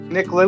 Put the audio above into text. Nick